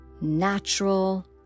natural